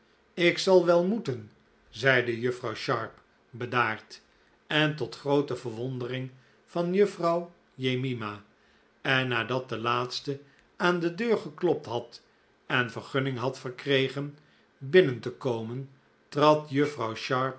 ik zal wel moeten zeide juffrouw sharp bedaard en t ot groote verwondering van juffrouw jemima en nadat de laatste aan de deur geklopt had en vergunning had verkregen binnen te komen trad juffrouw